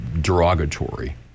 derogatory